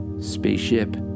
Spaceship